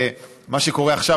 מה שקורה עכשיו,